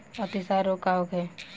अतिसार रोग का होखे?